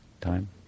Time